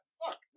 fuck